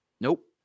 Nope